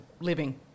living